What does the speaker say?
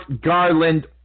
Garland